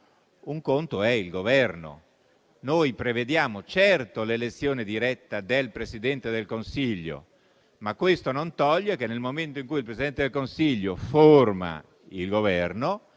un conto è il Governo. Noi prevediamo, certo, l'elezione diretta del Presidente del Consiglio, ma questo non toglie che, nel momento in cui il Presidente del Consiglio forma il Governo,